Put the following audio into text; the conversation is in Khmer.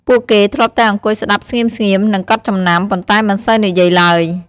ពួកគេធ្លាប់តែអង្គុយស្តាប់ស្ងៀមៗ និងកត់ចំណាំ ប៉ុន្តែមិនសូវនិយាយឡើយ។